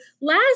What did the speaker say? last